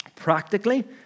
practically